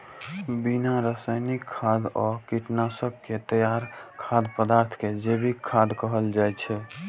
बिना रासायनिक खाद आ कीटनाशक के तैयार खाद्य पदार्थ कें जैविक खाद्य कहल जाइ छै